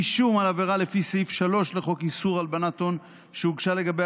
אישום על עבירה לפי סעיף 3 לחוק איסור הלבנת הון שהוגשה לגביה